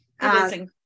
Amazing